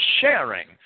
sharing